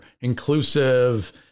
inclusive